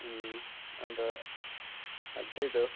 अन्त अब त्यही त हो